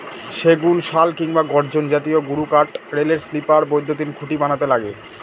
সেগুন, শাল কিংবা গর্জন জাতীয় গুরুকাঠ রেলের স্লিপার, বৈদ্যুতিন খুঁটি বানাতে লাগে